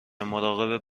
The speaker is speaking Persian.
مراقب